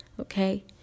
Okay